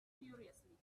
furiously